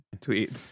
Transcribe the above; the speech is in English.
tweet